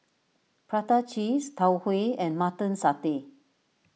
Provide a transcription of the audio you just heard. Prata Cheese Tau Huay and Mutton Satay